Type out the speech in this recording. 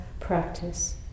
practice